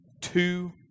two